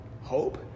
hope